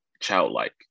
childlike